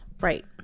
Right